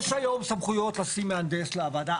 יש היום סמכויות לשים מהנדס לוועדה.